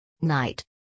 Night